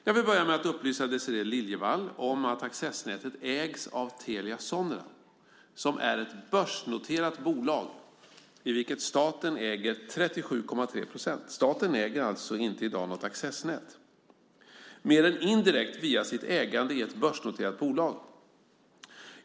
Jag vill börja med att upplysa Désirée Liljevall om att accessnätet ägs av Telia Sonera, som är ett börsnoterat bolag i vilket staten äger 37,3 procent. Staten äger alltså inte i dag något accessnät mer än indirekt via sitt ägande i ett börsnoterat bolag.